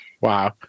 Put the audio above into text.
Wow